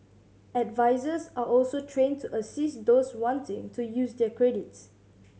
advisers are also trained to assist those wanting to use their credits